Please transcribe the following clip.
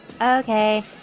Okay